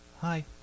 Hi